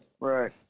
Right